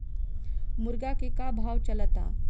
मुर्गा के का भाव चलता?